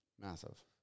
Massive